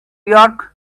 york